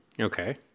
okay